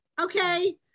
okay